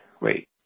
wait